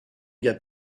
get